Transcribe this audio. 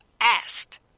asked